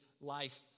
life